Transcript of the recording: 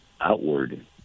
outward